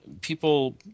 people